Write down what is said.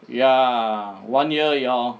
ya one year liao